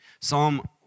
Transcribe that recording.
Psalm